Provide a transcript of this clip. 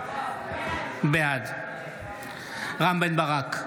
בעד רם בן ברק,